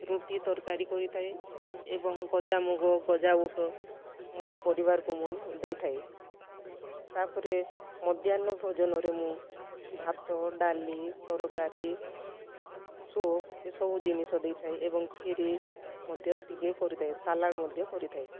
ରୁଟି ତରକାରୀ କରିଥାଏ ଏବଂ ଗଜାମୁଗ ଗଜାବୁଟ ମୋ ପରିବାରକୁ ମୁଁ ଦେଇଥାଏ ତାପରେ ମଧ୍ୟାହ୍ନଭୋଜନରେ ମୁଁ ଭାତ ଡ଼ାଲି ତରକାରୀ ସୁପ୍ ଏ ସବୁ ଜିନିଷ ଦେଇ ଦେଇଥାଏ ଏବଂ ଖିରୀ ମଧ୍ୟ ଟିକେ କରିଥାଏ ସାଲାଡ଼୍ ମଧ୍ୟ କରିଥାଏ